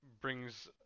brings